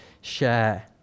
share